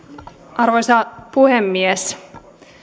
arvoisa puhemies